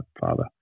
father